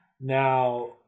Now